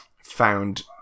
found